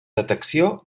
detecció